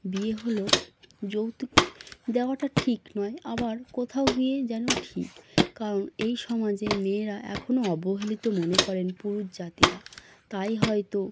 বিয়ে হলো যৌতুক দেওয়াটা ঠিক নয় আবার কোথাও গিয়ে যেন ঠিক কারণ এই সমাজে মেয়েরা এখনও অবহেলিত মনে করেন পুরুষ জাতিরা তাই হয়তো